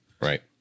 Right